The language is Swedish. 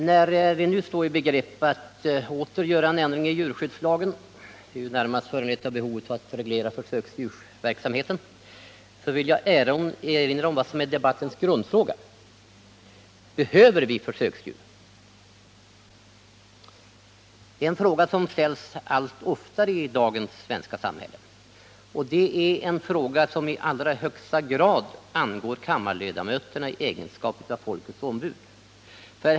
Herr talman! När vi nu står i begrepp att åter göra en ändring i djurskyddslagen, närmast föranledd av behovet att reglera försöksdjursverksamheten, vill jag erinra om vad som är debattens grundfråga: Behöver vi försöksdjur? Det är en fråga som ställs allt oftare i dagens svenska samhälle. Och det är en fråga som i allra högsta grad angår kammarledamöterna i egenskap av folkets ombud.